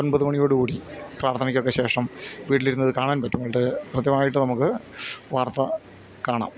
ഒൻപത് മണിയോടുകൂടി പ്രാർഥനയ്ക്കൊക്കെ ശേഷം വീട്ടിലിരുന്നത് കാണാൻ പറ്റും വളരെ കൃത്യമായിട്ട് നമുക്ക് വാർത്ത കാണാം